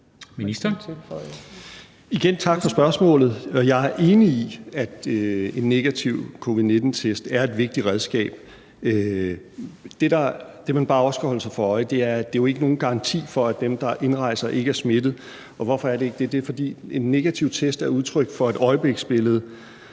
tak for spørgsmålet. Jeg er enig i, at en negativ covid-19-test er et vigtigt redskab. Det, som man også bare skal holde sig for øje, er jo, at det ikke er nogen garanti for, at dem, der indrejser, ikke er smittet. Og hvorfor er det ikke det? Det er jo, fordi en negativ test er udtryk for et øjebliksbillede,